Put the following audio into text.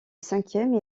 cinquième